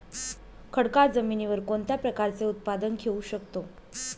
खडकाळ जमिनीवर कोणत्या प्रकारचे उत्पादन घेऊ शकतो?